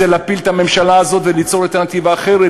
זה להפיל את הממשלה הזאת וליצור אלטרנטיבה אחרת.